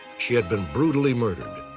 she had been brutally murdered.